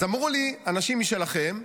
אמרו לי אנשים משלכם: